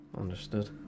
Understood